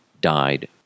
died